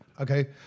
Okay